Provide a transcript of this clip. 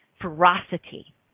ferocity